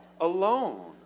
alone